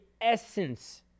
essence